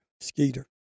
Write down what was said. Skeeter